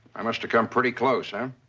i must've come pretty close, huh?